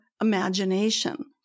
Imagination